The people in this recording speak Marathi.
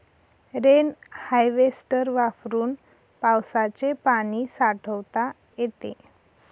रेन हार्वेस्टर वापरून पावसाचे पाणी साठवता येते